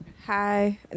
Hi